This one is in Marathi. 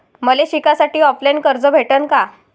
मले शिकासाठी ऑफलाईन कर्ज भेटन का?